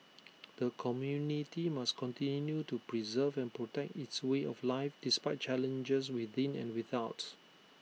the community must continue to preserve and protect its way of life despite challenges within and without